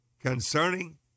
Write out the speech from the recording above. concerning